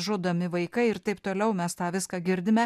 žudomi vaikai ir taip toliau mes tą viską girdime